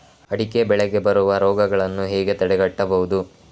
ಅಡಿಕೆ ಬೆಳೆಗೆ ಬರುವ ರೋಗಗಳನ್ನು ಹೇಗೆ ತಡೆಗಟ್ಟಬಹುದು?